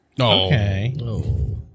Okay